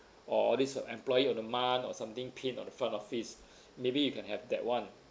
or this employee of the month or something pinned on the front office maybe you can have that [one]